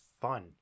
fun